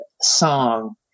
song